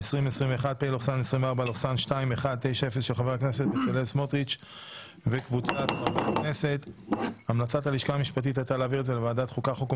28 ביוני 2022 ועל סדר היום קביעת ועדות לדיון חוק.